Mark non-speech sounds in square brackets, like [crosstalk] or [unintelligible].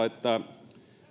[unintelligible] että